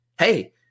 hey